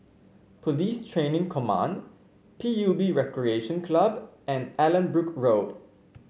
Police Training Command P U B Recreation Club and Allanbrooke Road